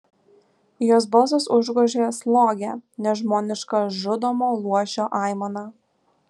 jos balsas užgožė slogią nežmonišką žudomo luošio aimaną